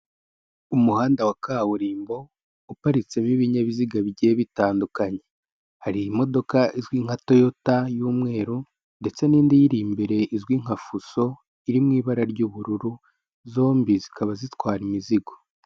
Umuhanda wa kaburimbo uparitsemo ibinyabiziga bigiye bitandukanye hari imodoka izwi nka toyota y'umweru ndetse n'indi iyiri iririmbere izwi nka fuso iri mu ibara ry'ubururu zombi zikaba zitwara imizigo.